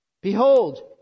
Behold